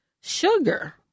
Sugar